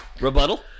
Rebuttal